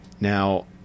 Now